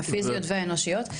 הפיזיות והאנושיות,